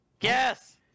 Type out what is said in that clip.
Yes